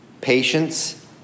patience